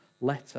letter